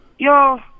Yo